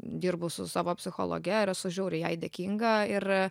dirbu su savo psichologe ir esu žiauriai jai dėkinga ir a